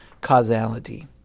causality